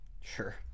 Sure